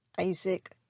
Isaac